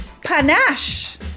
panache